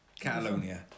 Catalonia